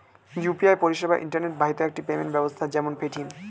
UPI পরিষেবা internet বাহিত একটি পেমেন্ট ব্যবস্থা যেমন পেটিএম